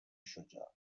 شجاع